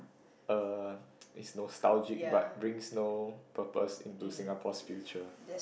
uh is nostalgic but brings no purpose into Singapore's future